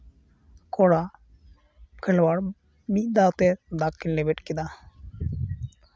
ᱠᱚᱲᱟ ᱠᱷᱮᱞᱳᱣᱟᱲ ᱢᱤᱫ ᱫᱷᱟᱣᱛᱮ ᱫᱟᱜᱽ ᱠᱤᱱ ᱞᱮᱵᱮᱫ ᱠᱮᱫᱟ